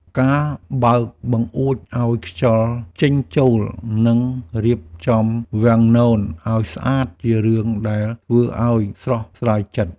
ការបើកបង្អួចឱ្យខ្យល់ចេញចូល និងរៀបចំវាំងននឱ្យស្អាត ជារឿងដែលធ្វើឲ្យស្រស់ស្រាយចិត្ត។